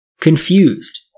Confused